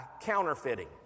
counterfeiting